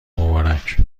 مبارک